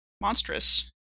monstrous